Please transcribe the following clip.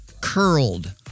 curled